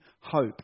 hope